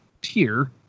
tier